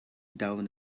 down